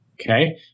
Okay